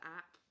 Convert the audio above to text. app